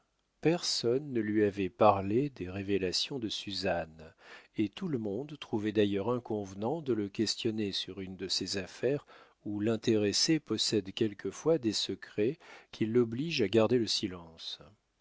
personne ne lui avait parlé des révélations de suzanne et tout le monde trouvait d'ailleurs inconvenant de le questionner sur une de ces affaires où l'intéressé possède quelquefois des secrets qui l'obligent à garder le silence